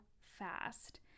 fast